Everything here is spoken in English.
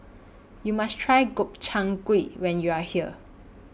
YOU must Try Gobchang Gui when YOU Are here